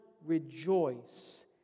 rejoice